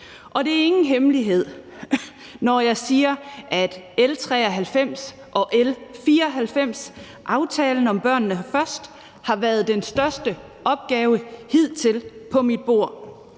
Det er ingen hemmelighed, at L 93 og L 94, udmøntningen af aftalen »Børnene Først«, har været den største opgave hidtil på mit bord.